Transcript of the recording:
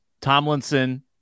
Tomlinson